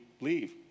leave